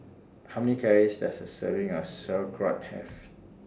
How Many Calories Does A Serving of Sauerkraut Have